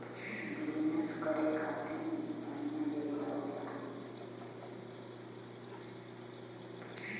business करे खातिर बढ़िया जरिया होला